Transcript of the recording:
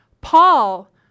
Paul